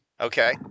Okay